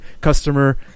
customer